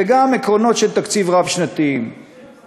וגם עקרונות רב-שנתיים של תקציב.